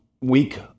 week